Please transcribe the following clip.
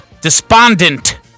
Despondent